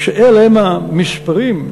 כשאלה הם המספרים,